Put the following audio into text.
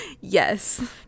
Yes